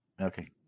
okay